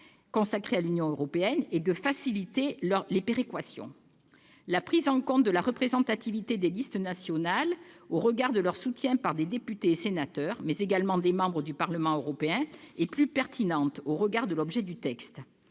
consacrés à l'Union européenne et de faciliter les péréquations. La prise en compte de la représentativité des listes nationales en fonction du soutien apporté par des députés et sénateurs, mais également par des membres du Parlement européen, est plus pertinente au regard de l'objet du texte.